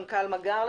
מנכ"ל מגער,